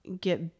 get